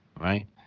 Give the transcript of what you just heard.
right